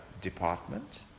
department